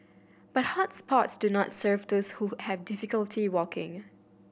but hot spots do not serve those who have difficulty walking